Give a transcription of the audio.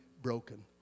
broken